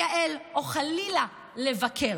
לייעל או חלילה לבקר.